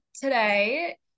today